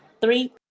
Three